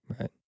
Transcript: right